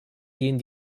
gehen